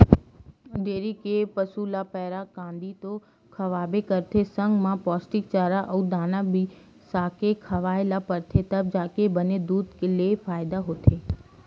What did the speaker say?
dairy के पसू ल पैरा, कांदी तो खवाबे करबे संग म पोस्टिक चारा अउ दाना बिसाके खवाए ल परथे तब जाके बने दूद ले फायदा होथे